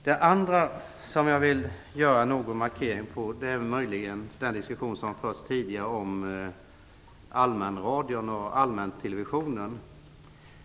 Sedan vill jag göra en viss markering vad gäller den diskussion som fördes tidigare om allmänradion och allmäntelevisionen.